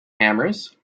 hammers